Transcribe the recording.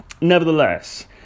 nevertheless